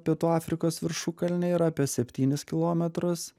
pietų afrikos viršukalnė yra apie septynis kilometrus